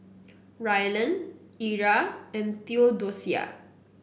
Rylan Era and Theodosia